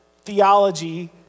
theology